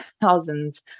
thousands